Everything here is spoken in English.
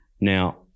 now